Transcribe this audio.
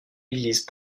église